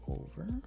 over